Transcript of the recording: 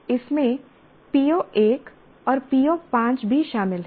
इसमें PO1 और PO5 भी शामिल हैं